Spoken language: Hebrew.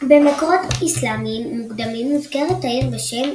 במקורות אסלאמיים מוקדמים מוזכרת העיר בשם